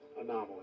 anomaly